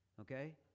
Okay